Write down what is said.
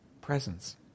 presence